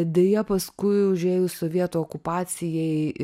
deja paskui užėjus sovietų okupacijai